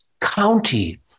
county